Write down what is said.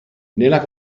nella